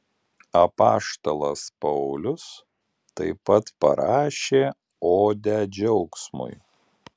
apaštalas paulius taip pat parašė odę džiaugsmui